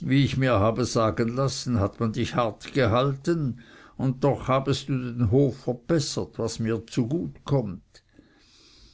wie ich mir habe sagen lassen hat man dich hart gehalten und doch habest du den hof verbessert was mir zugut kommt